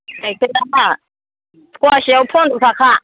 गाइखेरनि दामा फवासेआव फन्द्र थाखा